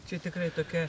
čia tikrai tokia